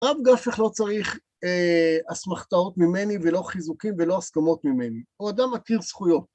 הרב גפ"ח לא צריך אסמכתאות ממני, ולא חיזוקים, ולא הסכמות ממני. הוא אדם מכיר זכויות